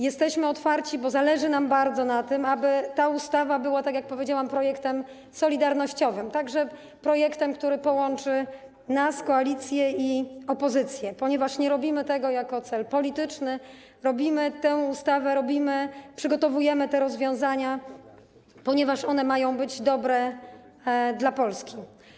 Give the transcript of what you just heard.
Jesteśmy otwarci, bo zależy nam bardzo na tym, aby ta ustawa była, tak jak powiedziałam, projektem solidarnościowym, także projektem, który połączy nas, koalicję i opozycję, ponieważ nie robimy tego jako cel polityczny, robimy tę ustawę, przygotowujemy te rozwiązania, ponieważ one mają być dobre dla Polski.